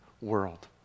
world